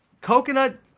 Coconut